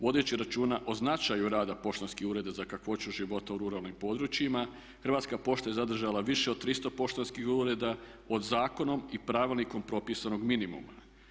Vodeći računa o značaju rada poštanskih ureda za kakvoću života u ruralnim područjima, Hrvatska pošta je zadržala više od 300 poštanskih ureda od zakonom i Pravilnikom propisanog minimuma.